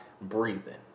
Breathing